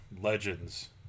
legends